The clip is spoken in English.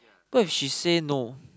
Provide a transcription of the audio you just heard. what if she say no